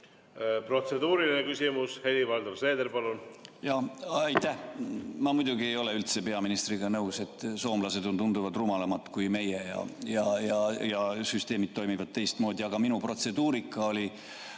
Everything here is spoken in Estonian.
Protseduuriline küsimus. Helir-Valdor Seeder, palun!